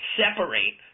separate